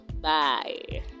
Bye